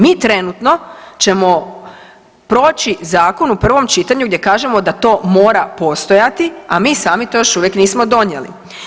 Mi trenutno ćemo proći Zakon u prvom čitanju gdje kažemo da to mora postojati a mi sami to još uvijek nismo donijeli.